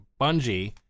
Bungie